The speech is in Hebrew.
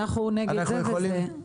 אנחנו נגד זה וזה.